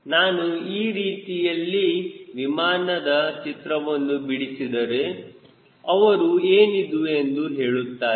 ನಾನು ಈ ರೀತಿಯಲ್ಲಿ ವಿಮಾನದ ಚಿತ್ರವನ್ನು ಬಿಡಿಸಿದರು ಅವರು ಏನಿದು ಎಂದು ಹೇಳುತ್ತಾರೆ